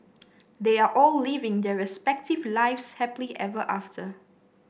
they are all living their respective lives happily ever after